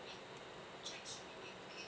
okay